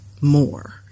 more